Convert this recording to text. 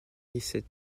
risset